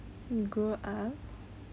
grow up